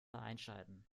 einschalten